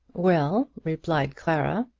well, replied clara.